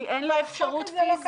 כי אין לו אפשרות פיסית.